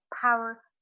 power